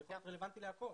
זה רלוונטי לכל.